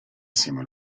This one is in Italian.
assieme